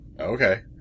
Okay